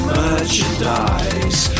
merchandise